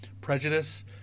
prejudice